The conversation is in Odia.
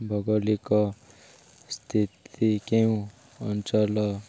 ଭୌଗଳିକ ସ୍ଥିତି କେଉଁ ଅଞ୍ଚଳ